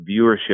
viewership